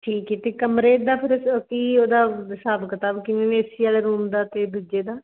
ਠੀਕ ਏ ਅਤੇ ਕਮਰੇ ਇੱਦਾਂ ਫਿਰ ਕੀ ਉਹਦਾ ਹਿਸਾਬ ਕਿਤਾਬ ਕਿਵੇਂ ਏਸੀ ਵਾਲੇ ਰੂਮ ਦਾ ਅਤੇ ਦੂਜੇ ਦਾ